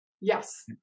Yes